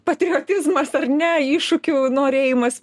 patriotizmas ne iššūkių norėjimas